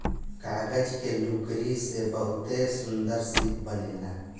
कागज के लुगरी से बहुते सुन्दर शिप बनेला